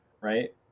Right